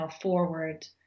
forward